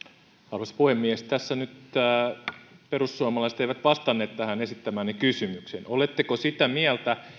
arvoisa puhemies tässä nyt perussuomalaiset eivät vastanneet tähän esittämääni kysymykseen oletteko sitä mieltä